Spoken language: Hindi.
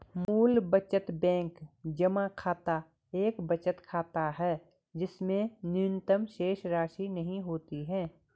मूल बचत बैंक जमा खाता एक बचत खाता है जिसमें न्यूनतम शेषराशि नहीं होती है